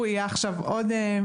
יושקעו עכשיו עוד 1.5 מיליון שקל.